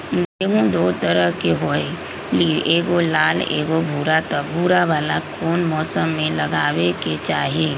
गेंहू दो तरह के होअ ली एगो लाल एगो भूरा त भूरा वाला कौन मौसम मे लगाबे के चाहि?